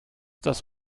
das